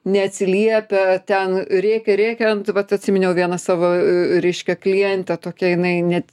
neatsiliepia ten rėkia rėkia ant vat atsiminiau vieną savo reiškia klientę tokia jinai net